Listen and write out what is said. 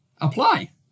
Apply